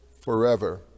forever